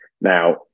Now